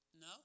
No